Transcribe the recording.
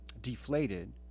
deflated